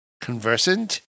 conversant